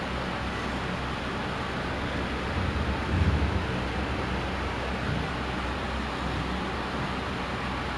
okay ah boleh tahan panjang juga ah this day ramai juga ah lagi lagi macam like the [one] metre distance ah make it like extra long gitu